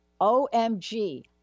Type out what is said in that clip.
OMG